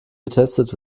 getestet